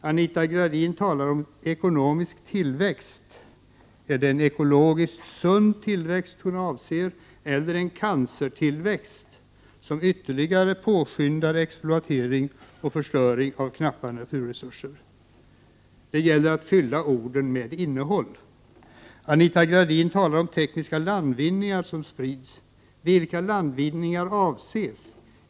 Anita Gradin talar om ekonomisk tillväxt. Är det en ekologisk sund tillväxt hon avser, eller en cancertillväxt som ytterligare påskyndar exploatering och förstöring av knappa naturresurser? Det gäller att fylla orden med innehåll. Anita Gradin talar om tekniska landvinningar som sprids, vilka landvinningar avses?